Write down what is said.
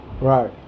right